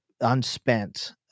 unspent